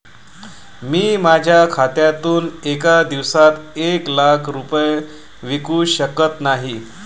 मी माझ्या खात्यातून एका दिवसात एक लाख रुपये विकू शकत नाही